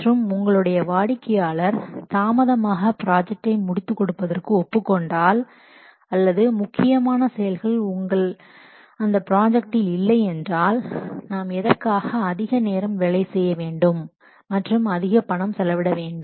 மற்றும் உங்களுடைய வாடிக்கையாளர் தாமதமாக ப்ராஜக்டை முடித்துக் கொடுப்பதற்கு ஒப்புக்கொண்டால் அல்லது முக்கியமான செயல்கள் உங்கள் அந்த ப்ராஜெக்டில் இல்லையென்றால் நாம் எதற்காக அதிக நேரம் வேலை செய்ய வேண்டும் மற்றும் அதிக பணம் செலவிட வேண்டும்